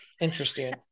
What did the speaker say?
interesting